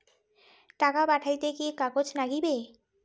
টাকা পাঠাইতে কি কাগজ নাগীবে?